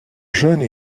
jeune